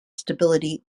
stability